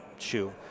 shoe